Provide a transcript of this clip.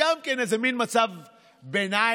גם זה איזה מין מצב ביניים,